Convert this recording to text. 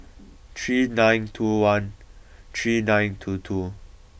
three nine two one three nine two two